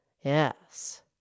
Yes